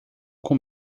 com